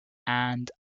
and